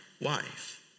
wife